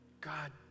God